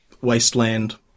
wasteland